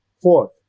Fourth